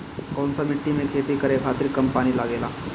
कौन सा मिट्टी में खेती करे खातिर कम पानी लागेला?